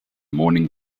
morning